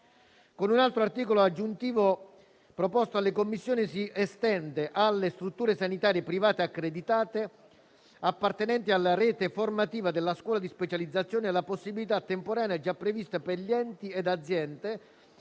Con un altro articolo aggiuntivo proposto dalle Commissioni riunite, si estende alle strutture sanitarie private accreditate, appartenenti alla rete formativa della scuola di specializzazione, la possibilità temporanea, già prevista per gli enti ed aziende